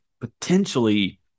potentially